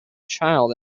child